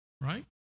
right